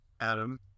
Adam